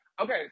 Okay